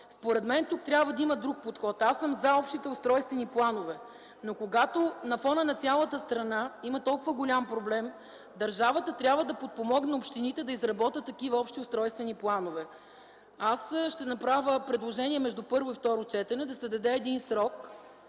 Според мен трябва да има друг подход. Аз съм „за” общите устройствени планове, но когато на фона на цялата страна има толкова голям проблем – държавата трябва да подпомогне общините да изработят такива общи устройствени планове. Ще направя предложение между първо и второ четене да се даде приемлив